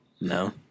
No